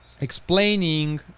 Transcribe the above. explaining